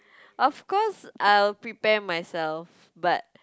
of course I will prepare myself but